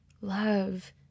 love